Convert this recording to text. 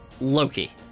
Loki